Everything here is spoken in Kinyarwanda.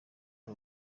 ari